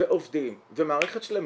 ועובדים ומערכת שלמה,